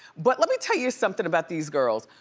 but let me tell you something about these girls.